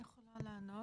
אני רוצה לענות.